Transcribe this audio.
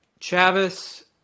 chavis